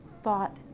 thought